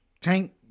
Tank